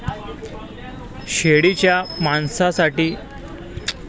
शेळीच्या मांसासाठी कोणत्या जातीला प्राधान्य दिले जाते?